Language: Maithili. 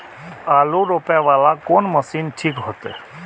आलू रोपे वाला कोन मशीन ठीक होते?